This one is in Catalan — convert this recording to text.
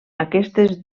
aquestes